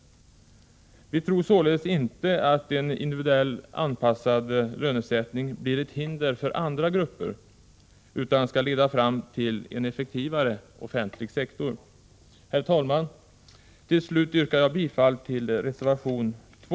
Vi tror således inte att en individuellt anpassad lönesättning blir ett hinder för andra grupper, utan att den skall leda fram till en effektivare offentlig sektor. Herr talman! Till sist yrkar jag bifall till reservation 2.